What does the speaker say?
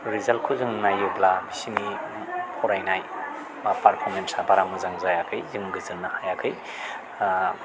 रिजाल्टखौ जोङो नायोब्ला बिसोरनि फरायनाय एबा पारफ'रमेन्सआ बारा मोजां जायाखै जों गोजोननो हायाखै